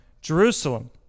Jerusalem